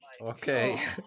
Okay